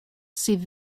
sydd